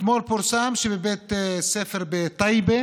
אתמול פורסם שבבית ספר בטייבה